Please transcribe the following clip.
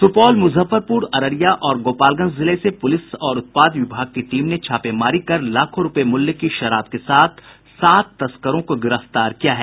सुपौल मुजफ्फरपूर अररिया और गोपालगंज जिले से पूलिस और उत्पाद विभाग की टीम ने छापेमारी कर लाखों रूपये मूल्य की शराब के साथ सात तस्करों को गिरफ्तार किया है